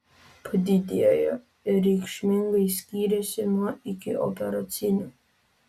padidėjo ir reikšmingai skyrėsi nuo ikioperacinio